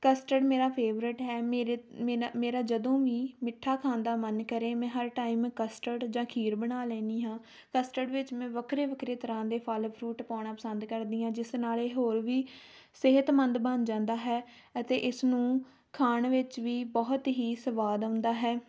custard ਮੇਰਾ favourite ਹੈ ਮੇਰੇ ਮੇਰਾ ਮੇਰਾ ਜਦੋਂ ਵੀ ਮਿੱਠਾ ਖਾਣ ਦਾ ਮਨ ਕਰੇ ਮੈਂ ਹਰ ਟਾਈਮ ਕਸਟਰਡ ਜਾਂ ਖੀਰ ਬਣਾ ਲੈਂਦੀ ਹਾਂ ਕਸਟਰਡ ਵਿੱਚ ਮੈਂ ਵੱਖਰੇ ਵੱਖਰੇ ਤਰ੍ਹਾਂ ਦੇ ਫਲ ਫਰੂਟ ਪਾਉਣਾ ਪਸੰਦ ਕਰਦੀ ਹਾਂ ਜਿਸ ਨਾਲ ਇਹ ਹੋਰ ਵੀ ਸਿਹਤਮੰਦ ਬਣ ਜਾਂਦਾ ਹੈ ਅਤੇ ਇਸ ਨੂੰ ਖਾਣ ਵਿੱਚ ਵੀ ਬਹੁਤ ਹੀ ਸਵਾਦ ਆਉਂਦਾ ਹੈ